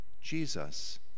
Jesus